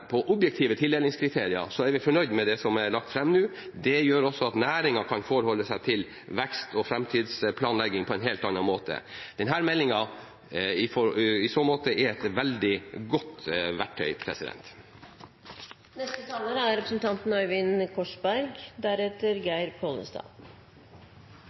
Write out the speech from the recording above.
på objektive tildelingskriterier, er vi fornøyde med det som er lagt fram nå. Det gjør også at næringen kan forholde seg til vekst og framtidsplanlegging på en helt annen måte. Denne meldingen er i så måte et veldig godt verktøy.